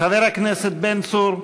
חבר הכנסת בן צור,